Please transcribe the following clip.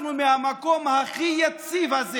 אנחנו, מהמקום הכי יציב הזה